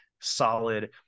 solid